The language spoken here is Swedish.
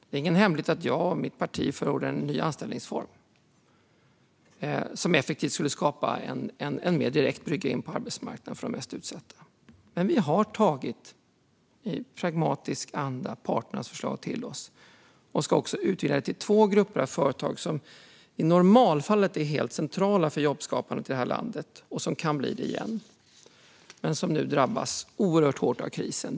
Det är ingen hemlighet att jag och mitt parti förordade en ny anställningsform, som effektivt skulle skapa en mer direkt brygga in på arbetsmarknaden för de mest utsatta. Men i pragmatisk anda har vi tagit till oss parternas förslag. Detta ska utvidgas till två grupper av företag som i normalfallet är helt centrala för jobbskapandet i vårt land och som åter kan bli det. Dessa drabbas nu oerhört hårt av krisen.